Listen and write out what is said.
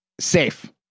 safe